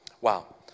Wow